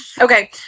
Okay